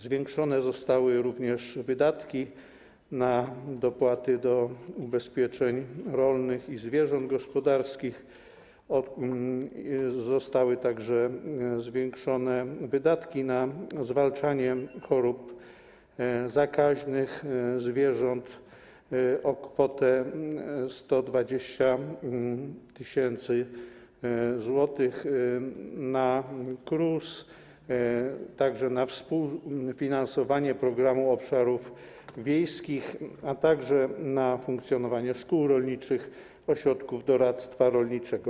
Zwiększone zostały również wydatki na dopłaty do ubezpieczeń rolnych i zwierząt gospodarskich, zostały także zwiększone wydatki na zwalczanie chorób zakaźnych zwierząt o kwotę 120 tys. zł, na KRUS, na współfinansowanie Programu Rozwoju Obszarów Wiejskich oraz na funkcjonowanie szkół rolniczych, ośrodków doradztwa rolniczego.